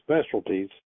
Specialties